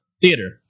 Theater